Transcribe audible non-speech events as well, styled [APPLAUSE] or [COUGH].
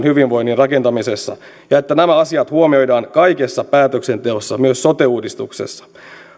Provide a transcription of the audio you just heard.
[UNINTELLIGIBLE] hyvinvoinnin rakentamisessa ja toivon että nämä asiat huomioidaan kaikessa päätöksenteossa myös sote uudistuksessa